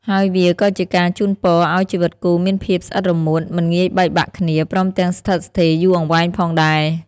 ហើយវាក៏ជាការជូនពរឲ្យជីវិតគូរមានភាពស្អិតរមួត មិនងាយបែកបាក់គ្នា ព្រមទាំងស្ថិតស្ថេរយូរអង្វែងផងដែរ។